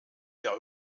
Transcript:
der